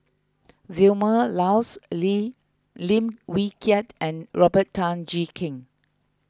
Vilma Laus Lim Lim Wee Kiak and Robert Tan Jee Keng